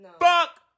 Fuck